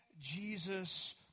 Jesus